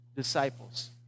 disciples